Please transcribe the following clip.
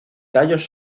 tallos